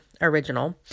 original